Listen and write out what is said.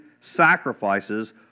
sacrifices